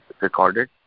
recorded